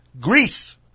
Greece